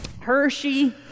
Hershey